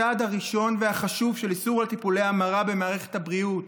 הצעד הראשון והחשוב של איסור טיפולי המרה במערכת הבריאות,